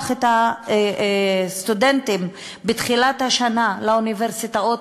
את הסטודנטים בתחילת השנה לאוניברסיטאות,